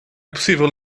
possível